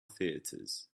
theatres